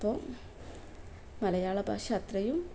അപ്പം മലയാള ഭാഷ അത്രയും